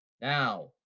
Now